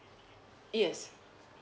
yes